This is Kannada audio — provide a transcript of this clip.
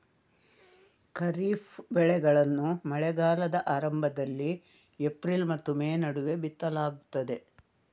ಖಾರಿಫ್ ಬೆಳೆಗಳನ್ನು ಮಳೆಗಾಲದ ಆರಂಭದಲ್ಲಿ ಏಪ್ರಿಲ್ ಮತ್ತು ಮೇ ನಡುವೆ ಬಿತ್ತಲಾಗ್ತದೆ